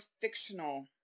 fictional